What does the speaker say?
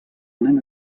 nen